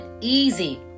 easy